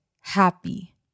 happy